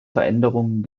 veränderungen